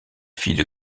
fille